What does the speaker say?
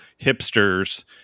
hipsters